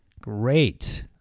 great